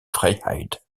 vrijheid